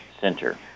Center